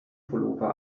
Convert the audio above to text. pullover